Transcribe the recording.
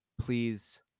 please